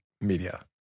media